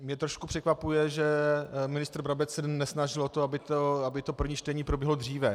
Mě trošku překvapuje, že ministr Brabec se nesnažil o to, aby to první čtení proběhlo dříve.